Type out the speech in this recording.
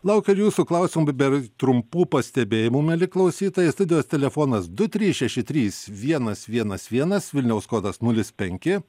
laukia ir jūsų klausimų ber trumpų pastebėjimų mieli klausytojai studijos telefonas du trys šeši trys vienas vienas vienas vilniaus kodas nulis penki